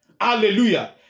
hallelujah